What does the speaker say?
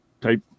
type